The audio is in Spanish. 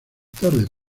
tarde